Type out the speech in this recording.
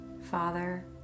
father